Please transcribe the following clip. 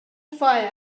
fire